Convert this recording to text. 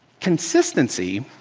consistency